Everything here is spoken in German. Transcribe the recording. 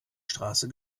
straße